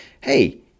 hey